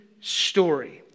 story